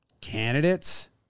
candidates